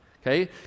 okay